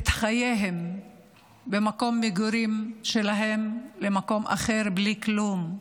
את חייהם במקום המגורים שלהם למקום אחר בלי כלום.